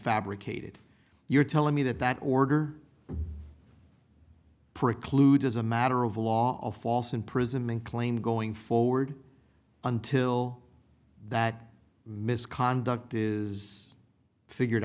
fabricated you're telling me that that order precludes as a matter of law a false imprisonment claim going forward until that misconduct is figure